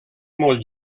molt